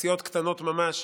סיעות קטנות ממש,